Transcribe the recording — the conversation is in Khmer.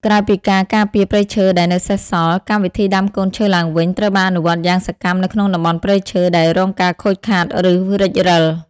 ក្រៅពីការការពារព្រៃឈើដែលនៅសេសសល់ កម្មវិធីដាំកូនឈើឡើងវិញ ត្រូវបានអនុវត្តយ៉ាងសកម្មនៅក្នុងតំបន់ព្រៃឈើដែលរងការខូចខាត ឬរិចរិល។